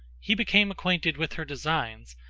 he became acquainted with her designs,